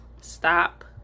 Stop